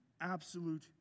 absolute